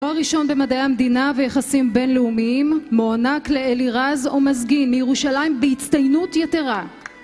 תואר ראשון במדעי המדינה ויחסים בינלאומיים מוענק לאלירז אומזגין מירושלים בהצטיינות יתרה